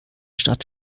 stadt